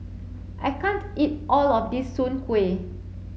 I can't eat all of this Soon Kuih